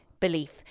belief